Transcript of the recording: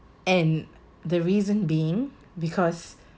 and the reason being because